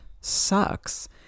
sucks